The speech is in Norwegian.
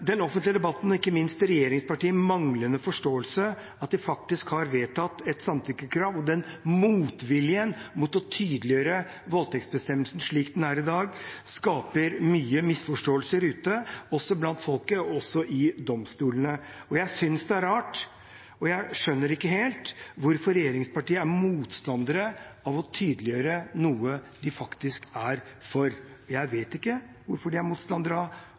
Den offentlige debatten og ikke minst regjeringspartienes manglende forståelse av at de faktisk har vedtatt et samtykkekrav, og motviljen mot å tydeliggjøre voldtektsbestemmelsen slik den er i dag, skaper mange misforståelser ute blant folket, også i domstolene. Jeg synes det er rart, og jeg skjønner ikke helt hvorfor regjeringspartiene er motstandere av å tydeliggjøre noe de faktisk er for. Jeg vet ikke hvorfor de er motstandere av